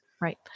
Right